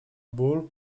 ból